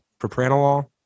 propranolol